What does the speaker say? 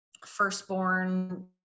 firstborn